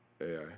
AI